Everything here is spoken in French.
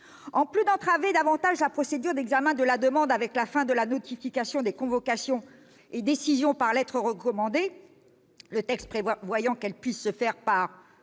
en plus d'entraver davantage la procédure d'examen de la demande avec la fin de la notification des convocations et décisions par lettre recommandée, le texte prévoyant que cette notification